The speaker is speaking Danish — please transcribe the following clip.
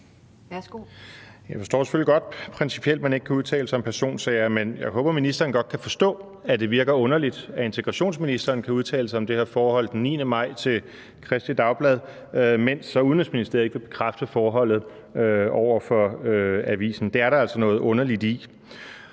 Jeg forstår selvfølgelig godt, at man principielt ikke kan udtale sig om personsager, men jeg håber, at ministeren godt kan forstå, at det virker underligt, at ministeren kan udtale sig om det her forhold den 9. maj til Kristeligt Dagblad, mens Udenrigsministeriet ikke vil bekræfte forholdet over for avisen. Det er der altså noget underligt i.